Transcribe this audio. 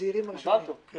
הצעירים הראשונים, כן.